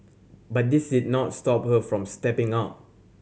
but this did not stop her from stepping up